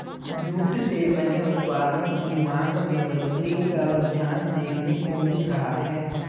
jute से बने उत्पादों की मांग में बढ़ोत्तरी का रुझान देखने को मिल रहा है